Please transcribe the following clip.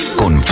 con